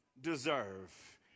deserve